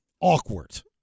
awkward